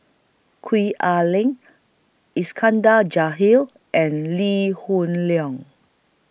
Gwee Ah Leng Iskandar and Lee Hoon Leong